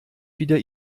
wieder